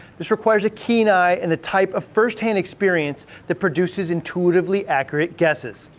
this requires a keen eye and the type of first-hand experience that produces intuitively accurate guesses.